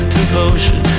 devotion